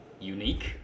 Unique